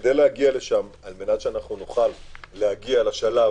כדי להגיע לשם, על מנת שנוכל להגיע לשלב